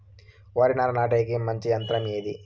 వరి నారు నాటేకి మంచి యంత్రం ఏది?